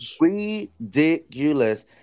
Ridiculous